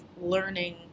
learning